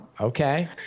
okay